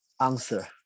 answer